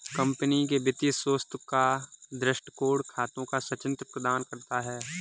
company के वित्तीय स्वास्थ्य का दृष्टिकोण खातों का संचित्र प्रदान करता है